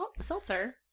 Seltzer